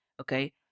Okay